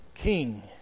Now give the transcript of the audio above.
king